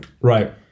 Right